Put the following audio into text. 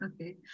okay